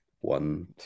one